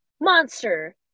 monster